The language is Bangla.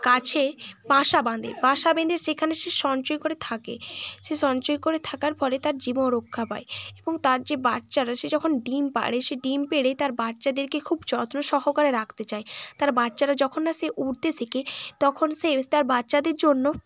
গাছে বাসা বাঁধে বাসা বেঁধে সেখানে সে সঞ্চয় করে থাকে সে সঞ্চয় করে থাকার ফলে তার জীবন রক্ষা পায় এবং তার যে বাচ্চারা সে যখন ডিম পাড়ে সে ডিম পেড়ে তার বাচ্চাদেরকে খুব যত্ন সহকারে রাখতে চায় তার বাচ্চারা যখন না সে উড়তে শেখে তখন সে তার বাচ্চাদের জন্য